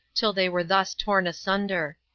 till they were thus torn asunder.